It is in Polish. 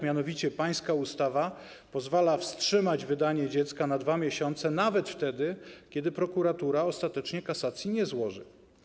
Mianowicie pańska ustawa pozwala wstrzymać wydanie dziecka na 2 miesiące nawet wtedy, gdy prokuratura ostatecznie kasacji nie złoży.